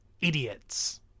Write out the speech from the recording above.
idiots